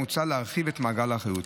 מוצע להרחיב את מעגל האחריות.